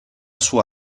sua